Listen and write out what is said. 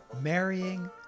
marrying